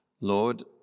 lord